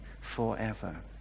forever